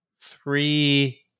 three